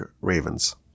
ravens